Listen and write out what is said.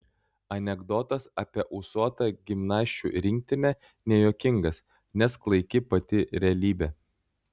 anekdotas apie ūsuotą gimnasčių rinktinę nejuokingas nes klaiki pati realybė